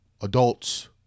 adults